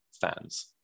fans